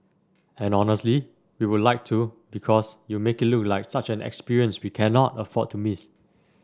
and honestly we would like to because you make it look like such an experience we cannot afford to miss